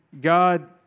God